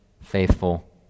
faithful